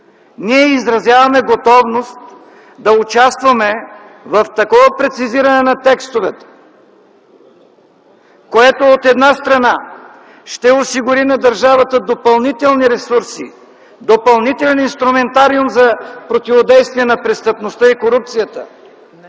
Ние изразяваме готовност да участваме в такова прецизиране на текстовете, което, от една страна, ще осигури на държавата допълнителни ресурси, допълнителен инструментариум за противодействие на престъпността и корупцията,